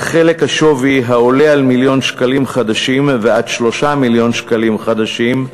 על חלק השווי העולה על מיליון שקלים חדשים ועד 3 מיליון שקלים חדשים,